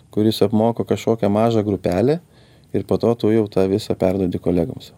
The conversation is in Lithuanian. kuris apmoko kažkokią mažą grupelę ir po to tu jau tą visą perduodi kolegoms savo